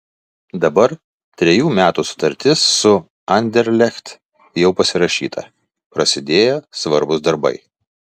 dabar trejų metų sutartis su anderlecht jau pasirašyta prasidėjo svarbūs darbai